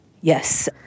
Yes